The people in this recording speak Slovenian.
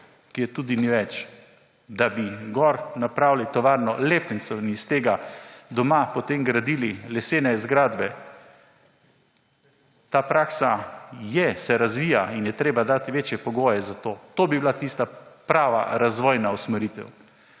ki je tudi ni več, da bi gor napravili tovarno lepljencev in iz tega doma potem gradili lesene zgradbe. Ta praksa je, se je razvija in ji je treba dati večje pogoje za to. To bi bila tista prava razvojna usmeritev!